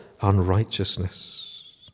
unrighteousness